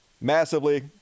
massively